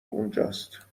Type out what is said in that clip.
اونجاست